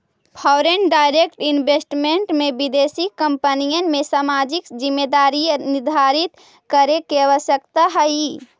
foreign direct investment में विदेशी कंपनिय के सामाजिक जिम्मेदारी निर्धारित करे के आवश्यकता हई